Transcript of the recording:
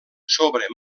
sobre